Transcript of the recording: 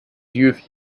youth